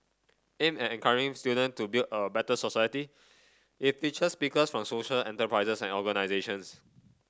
aimed at encouraging student to build a better society it features speakers from social enterprises and organisations